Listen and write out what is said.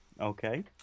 Okay